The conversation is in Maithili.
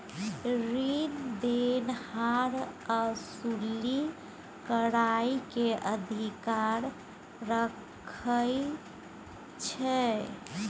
रीन देनहार असूली करइ के अधिकार राखइ छइ